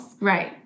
Right